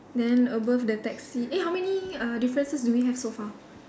then above the taxi eh how many uh differences do we have so far